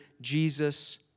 Jesus